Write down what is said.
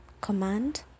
command